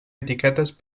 etiquetes